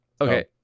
Okay